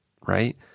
right